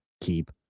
keep